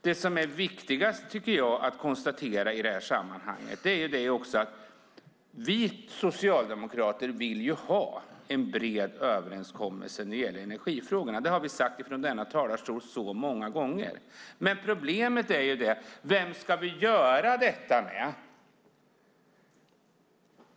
Det som är viktigast att konstatera i sammanhanget är, tycker jag, att vi socialdemokrater vill ha en bred överenskommelse i energifrågorna. Det har vi sagt många gånger från denna talarstol. Men problemet är: Vem ska vi göra detta med?